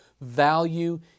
value